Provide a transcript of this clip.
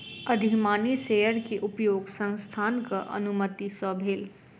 अधिमानी शेयर के उपयोग संस्थानक अनुमति सॅ भेल